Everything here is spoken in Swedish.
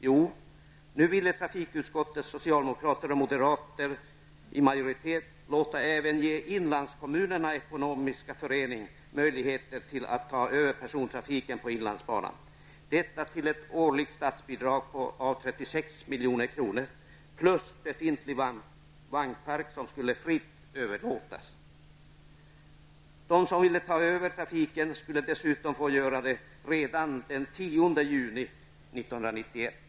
Jo, nu ville trafikutskottet, socialdemokrater och moderater i majoritet låta även Inlandskommunerna ekonomisk förening få möjligheter att ta över persontrafiken på inlandsbanan; detta till ett årligt statsbidrag av 36 milj.kr. plus befintlig vagnpark som skulle fritt överlåtas. De som ville ta över trafiken skulle dessutom få göra det redan den 10 juni 1991.